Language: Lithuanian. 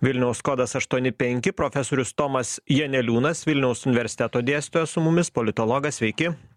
vilniaus kodas aštuoni penki profesorius tomas janeliūnas vilniaus universiteto dėstytojas su mumis politologas sveiki